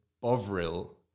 Bovril